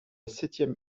septième